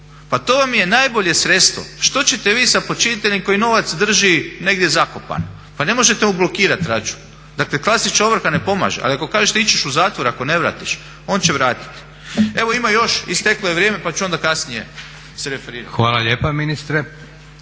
pa to vam je najbolje sredstvo. Što ćete vi sa počiniteljem koji novac drži negdje zakopan? Pa ne možete mu blokirati račun. Dakle klasična ovrha ne pomaže, ali kažete ići ćeš u zatvor ako ne vratiš on će vratiti. Evo ima još isteklo je vrijeme pa ću onda kasnije se referirati. **Leko, Josip